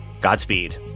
Godspeed